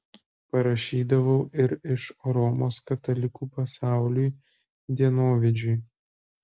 parašydavau ir iš romos katalikų pasauliui dienovidžiui